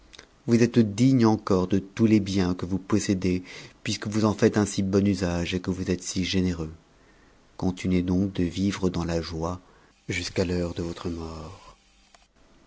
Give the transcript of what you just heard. vous êtes digne encore de tous les biens que vous possédez puisque vous en faites un si bon usage et que vous êtes si généreux continuez donc d vivre dans la joie jusqu'à l'heure de votre mort